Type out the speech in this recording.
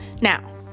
Now